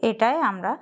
এটাই আমরা